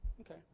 Okay